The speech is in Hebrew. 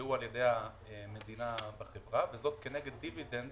יושקעו על-ידי המדינה בחברה, וזאת כנגד דיבידנד